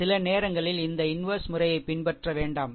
சில நேரங்களில் இந்த இன்வெர்ஸ் முறையை பின்பற்ற வேண்டாம்